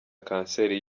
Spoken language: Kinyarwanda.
kanseri